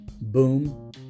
boom